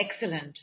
excellent